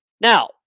Now